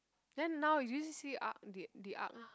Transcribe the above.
then now do you see arc the the arc